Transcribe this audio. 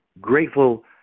grateful